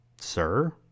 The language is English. Sir